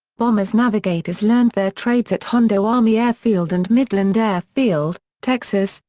bombers-navigators learned their trades at hondo army air field and midland air field, texas,